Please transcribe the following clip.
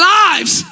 lives